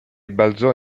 balzò